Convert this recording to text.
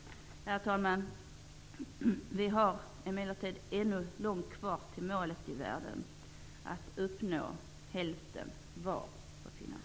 Herr talman! Vi har emellertid ännu långt kvar till målet i världen, nämligen att uppnå hälften var för kvinnorna.